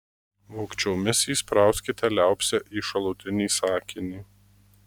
vogčiomis įsprauskite liaupsę į šalutinį sakinį